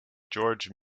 george